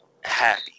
happy